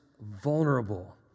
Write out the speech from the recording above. vulnerable